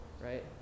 right